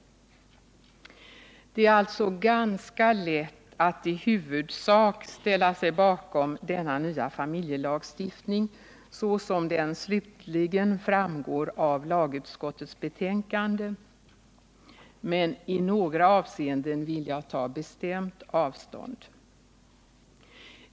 Det är alltså ganska lätt att i huvudsak ställa sig bakom denna nya familjelagstiftning så som den slutligen framgår av lagutskottets betänkande. Men i några avseenden vill jag ta bestämt avstånd.